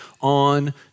on